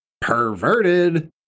perverted